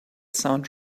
sound